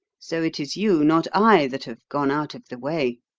so it is you, not i, that have gone out of the way